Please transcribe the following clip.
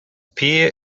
pier